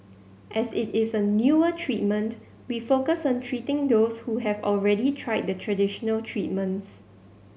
as it is a newer treatment we focus on treating those who have already tried the traditional treatments